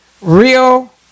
Real